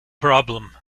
problem